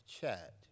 chat